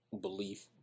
belief